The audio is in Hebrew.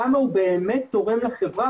כמה הוא באמת תורם לחברה,